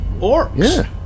Orcs